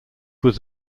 was